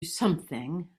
something